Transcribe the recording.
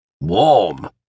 Warm